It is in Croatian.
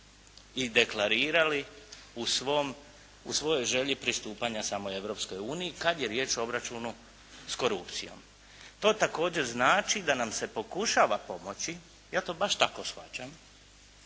i deklarirali u svojoj želju pristupanja samoj Europskoj uniji kad je riječ o obračunu s korupcijom. To također znači da nam se pokušava pomoći, ja to baš tako shvaćam,